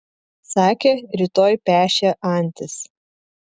sakė rytoj pešią antis